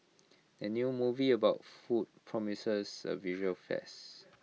the new movie about food promises A visual feasts